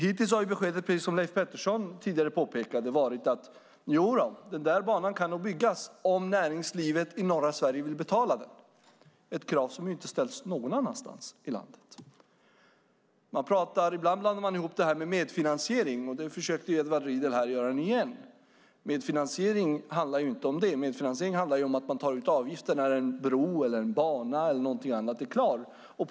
Hittills har beskedet, precis som Leif Pettersson tidigare påpekade, varit: Jodå, den banan kan nog byggas, om näringslivet i norra Sverige vill betala. Det är ett krav som inte ställs någon annanstans i landet. Ibland blandar man ihop det här med begreppet medfinansiering. Det försökte Edward Riedl göra igen. Medfinansiering handlar ju inte om det. Medfinansiering handlar om att man tar ut avgifter när en bro, en bana eller någonting annat är klart.